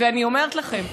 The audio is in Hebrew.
ואני אומרת לכם,